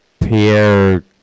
Pierre